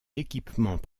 l’équipement